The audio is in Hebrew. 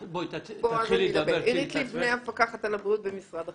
עירית ליבנה, המפקחת על הבריאות במשרד הבריאות.